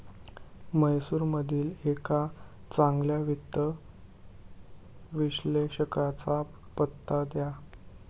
म्हैसूरमधील एका चांगल्या वित्त विश्लेषकाचा पत्ता द्या